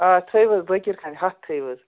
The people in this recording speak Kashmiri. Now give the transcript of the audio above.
آ تھٲوِو حظ بٲکِرخانہِ ہَتھ تھٲوِو حظ